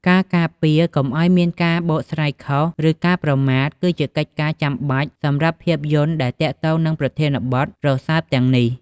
ការការពារកុំឱ្យមានការបកស្រាយខុស ឬការប្រមាថ គឺជាកិច្ចការចាំបាច់សម្រាប់ភាពយន្តដែលទាក់ទងនឹងប្រធានបទរសើបទាំងនេះ។